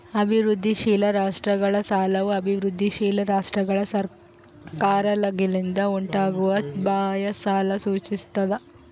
ಅಭಿವೃದ್ಧಿಶೀಲ ರಾಷ್ಟ್ರಗಳ ಸಾಲವು ಅಭಿವೃದ್ಧಿಶೀಲ ರಾಷ್ಟ್ರಗಳ ಸರ್ಕಾರಗಳಿಂದ ಉಂಟಾಗುವ ಬಾಹ್ಯ ಸಾಲ ಸೂಚಿಸ್ತದ